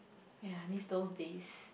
ya I miss those days